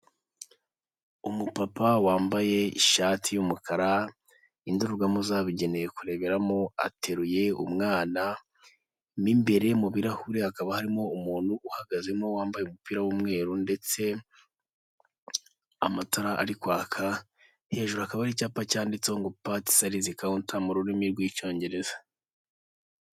Umupapa wambaye ishati y'umukara, indorerwamo zabugenewe kureberamo, ateruye umwana, mo imbere mu birahure hakaba harimo umuntu uhagazemo wambaye umupira w'umweru, ndetse amatara arika, hejuru akaba ari icyacyapa cyanditseho ngo pati selizi kawunta mu rurimi rw'icyongereza.